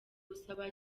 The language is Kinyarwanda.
usaba